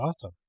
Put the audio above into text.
awesome